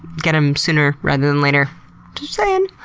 get them sooner rather than later. just saying.